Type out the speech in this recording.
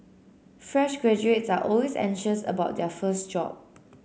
fresh graduates are always anxious about their first job